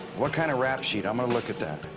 what kind of rap sheet? i'm going to look at that.